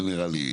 זה נראה לי.